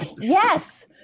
Yes